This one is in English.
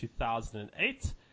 2008